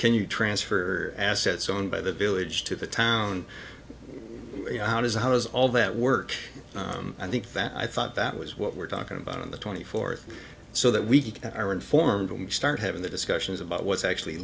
can you transfer assets owned by the village to the town you know how does how does all that work i think that i thought that was what we're talking about in the twenty fourth so that we can are informed when we start having the discussions about what's actually